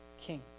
king